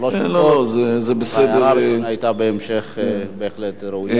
ההערה הראשונה היתה בהחלט ראויה.